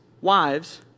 wives